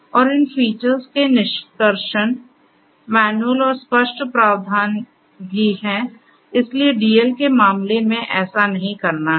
और इन फीचर्स के निष्कर्षण मैनुअल और स्पष्ट प्रावधान भी हैं और इसलिए DL के मामले में ऐसा नहीं करना है